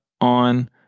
on